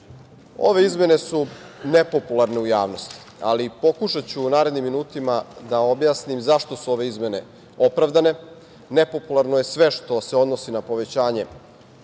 izmene su nepopularne u javnosti, ali pokušaću u narednim minutima da objasnim zašto su ove izmene opravdane. Nepopularno je sve što se odnosi na povećanje